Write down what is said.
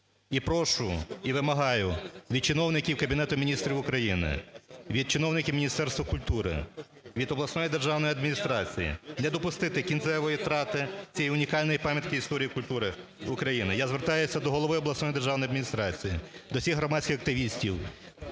прошу, і вимагаю від чиновників Кабінету Міністрів України, від чиновників Міністерства культури, від обласної державної адміністрації не допустити кінцевої втрати цієї унікальної пам'ятки історії культури України. Я звертаюся до голови обласної державної адміністрації, до всіх громадських активістів